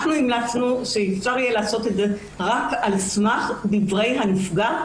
אנחנו המלצנו שאפשר יהיה לעשות את זה רק על סמך דברי הנפגע,